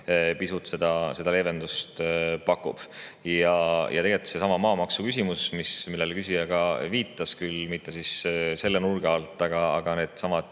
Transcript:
pisut leevendust pakub. Ja tegelikult seesama maamaksu küsimus, millele küsija viitas, küll mitte selle nurga alt – needsamad